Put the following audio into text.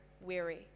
weary